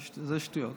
זה שטויות.